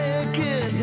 again